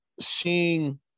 seeing